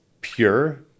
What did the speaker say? pure